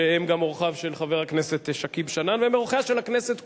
שהם גם אורחיו של חבר הכנסת שכיב שנאן והם אורחיה של הכנסת כולה.